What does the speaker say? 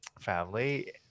family